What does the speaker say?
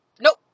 nope